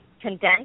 condensed